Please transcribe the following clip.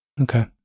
Okay